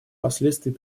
последствий